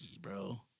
bro